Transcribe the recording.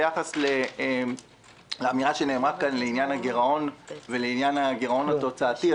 ביחס לאמירה שנאמרה כאן על הגירעון ועל הגירעון התוצאתי.